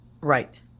Right